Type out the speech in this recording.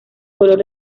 color